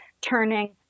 turning